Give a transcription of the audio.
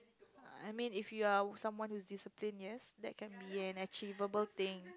I mean if you are someone who's discipline yes that can be an achievable thing